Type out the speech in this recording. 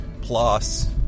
plus